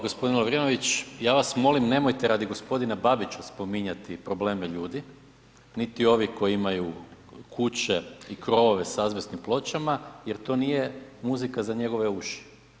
Gospodin Lovrinović ja vas molim nemojte radi gospodina Babića spominjati probleme ljudi, niti ovi koji imaju kuće i krovove s azbestnim pločama jer to nije muzika za njegove uši.